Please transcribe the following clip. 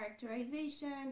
characterization